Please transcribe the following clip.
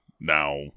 now